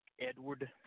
Edward